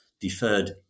deferred